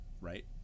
right